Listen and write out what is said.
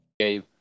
Okay